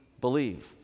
believe